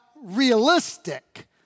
Realistic